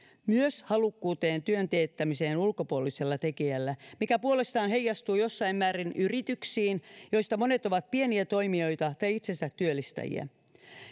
myös halukkuuteen työn teettämiseen ulkopuolisella tekijällä mikä puolestaan heijastuu jossain määrin yrityksiin joista monet ovat pieniä toimijoita tai itsensätyöllistäjiä